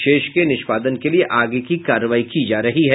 शेष के निष्पादन के लिए आगे की कार्रवाई की जा रही है